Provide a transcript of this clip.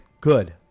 Good